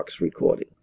recording